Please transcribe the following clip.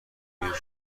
بیمه